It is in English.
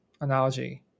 analogy